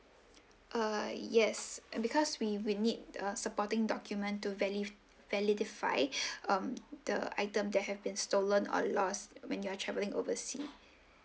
err yes um because we will need a supporting document to vali~ validify um the item that have been stolen or lost when you are travelling oversea